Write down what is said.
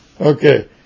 Okay